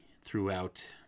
throughout